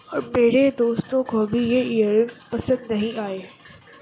اور میرے دوستوں کو بھی یہ ایئر رنگس پسند نہیں آئے